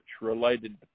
related